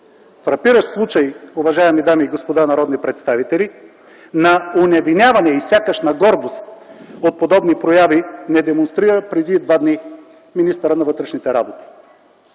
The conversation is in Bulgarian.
Фрапиращ случай, уважаеми дами и господа народни представители, на оневиняване и сякаш на гордост от подобни прояви ни демонстрира преди два дни министърът на вътрешните работи.